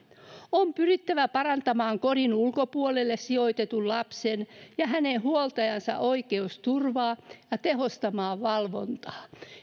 on pyrittävä parantamaan kodin ulkopuolelle sijoitetun lapsen ja hänen huoltajansa oikeusturvaa ja tehostamaan valvontaa